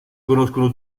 conoscono